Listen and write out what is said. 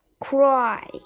cry